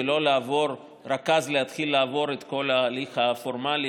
ולא רק אז להתחיל לעבור את כל ההליך הפורמלי